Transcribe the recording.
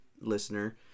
listener